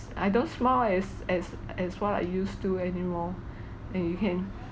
I don't smile as as as what I used to anymore and you can